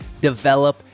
develop